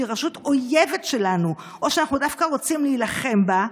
שהיא רשות אויבת שלנו או שאנחנו דווקא רוצים להילחם בה,